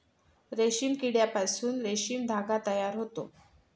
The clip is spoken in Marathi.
रेशीम किड्यापासून रेशीम धागा तयार होतो